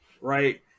right